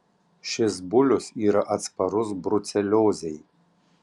šis bulius yra atsparus bruceliozei